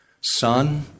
Son